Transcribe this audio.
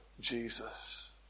Jesus